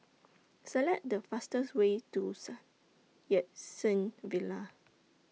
Select The fastest Way to Sun Yat Sen Villa